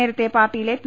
നേരത്തെ പാർട്ടിയിലെ പി